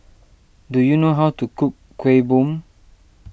do you know how to cook Kuih Bom